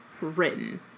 written